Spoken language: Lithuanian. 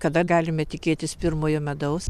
kada galime tikėtis pirmojo medaus